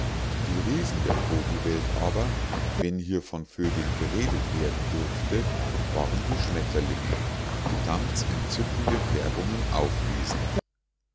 die riesen der vogelwelt aber wenn hier von vögeln geredet werden durfte waren die schmetterlinge die ganz entzückende färbungen aufwiesen